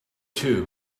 too